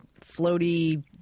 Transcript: floaty